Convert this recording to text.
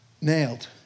nailed